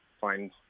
find